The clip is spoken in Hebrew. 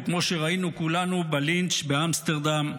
כמו שראינו כולנו בלינץ' באמסטרדם,